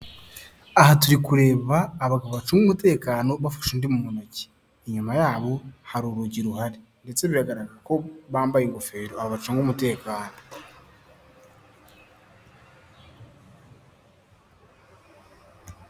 Aha turi kureba abagabo bacunga umutekano bafashe undi muntu ntoki, inyuma yabo hari urugi ruhari, ndetse biragaragara ko bambaye ingofero aba bacunga umutekano.